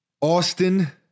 austin